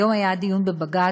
היום היה הדיון בבג"ץ,